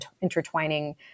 intertwining